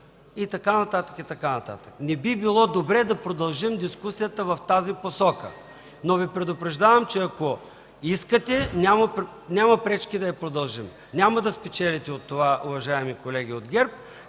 и така нататък, и така нататък. Не би било добре да продължим дискусията в тази посока, но Ви предупреждавам, че ако искате, няма пречки да я продължим. Няма да спечелите от това, уважаеми колеги от ГЕРБ,